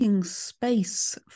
space